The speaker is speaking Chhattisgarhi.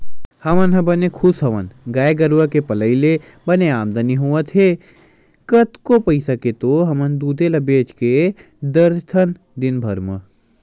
हमन ह बने खुस हवन गाय गरुचा के पलई ले बने आमदानी होवत हे कतको पइसा के तो हमन दूदे ल बेंच डरथन दिनभर म